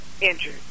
injured